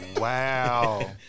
Wow